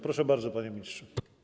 Proszę bardzo, panie ministrze.